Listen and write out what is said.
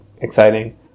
exciting